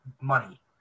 money